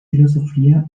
filosofía